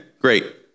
great